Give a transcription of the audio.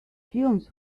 fumes